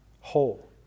whole